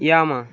Yamaha